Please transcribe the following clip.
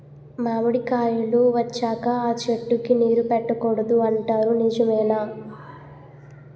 మామిడికాయలు వచ్చాక అ చెట్టుకి నీరు పెట్టకూడదు అంటారు నిజమేనా?